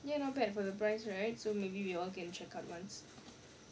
ya not bad for the price right so maybe we all can check out once